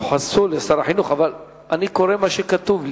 "יוחסו לשר החינוך", אבל אני קורא מה שכתוב לי.